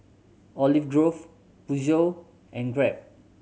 Olive Grove Peugeot and Grab